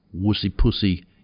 wussy-pussy